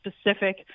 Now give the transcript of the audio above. specific